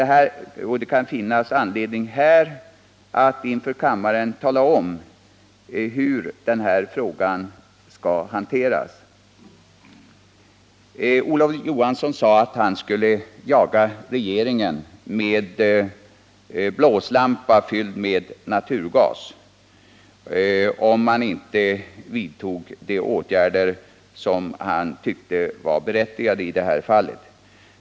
Det kan finnas anledning att inför kammaren tala om hur denna fråga skall hanteras. Olof Johansson sade att han skall jaga regeringen med en blåslampa fylld med naturgas, om inte regeringen vidtar de åtgärder som han tycker är berättigade i detta fall.